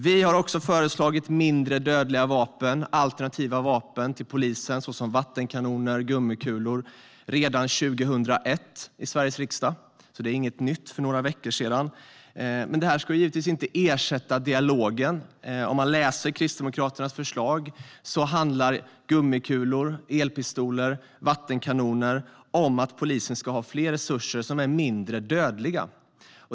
Vi föreslog redan 2001 mindre dödliga vapen till polisen såsom vattenkanoner och gummikulor, så det är alltså inget nytt som kom för några veckor sedan. Detta ska givetvis inte ersätta dialogen. Kristdemokraternas förslag om gummikulor, elpistoler och vattenkanoner handlar om att polisen ska ha fler resurser som är mindre dödliga.